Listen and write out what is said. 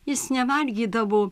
jis nevalgydavo